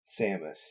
Samus